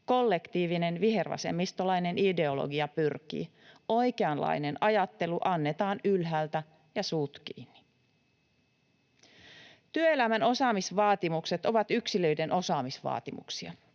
kollektiivinen vihervasemmistolainen ideologia pyrkii — oikeanlainen ajattelu annetaan ylhäältä, ja suut kiinni. Työelämän osaamisvaatimukset ovat yksilöiden osaamisvaatimuksia.